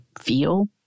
feel